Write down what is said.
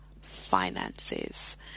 finances